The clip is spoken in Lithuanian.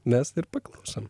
mes ir paklusom